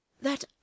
that